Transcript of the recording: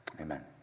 Amen